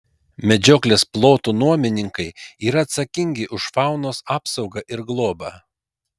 medžioklės plotų nuomininkai yra atsakingi už faunos apsaugą ir globą